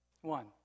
One